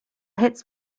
hits